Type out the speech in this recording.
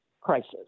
crisis